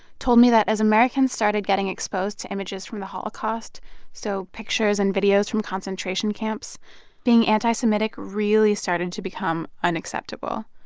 told me that as americans started getting exposed to images from the holocaust so pictures and videos from concentration camps being anti-semitic really started to become unacceptable.